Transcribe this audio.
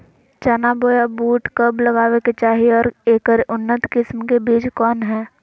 चना बोया बुट कब लगावे के चाही और ऐकर उन्नत किस्म के बिज कौन है?